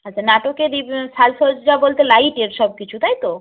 আচ্ছা নাটকের সাজসজ্জা বলতে লাইটের সব কিছু তাই তো